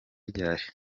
ryari